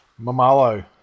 Mamalo